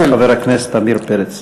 חבר הכנסת עמיר פרץ.